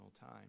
time